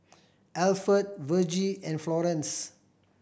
Alford Vergie and Florence